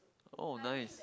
oh nice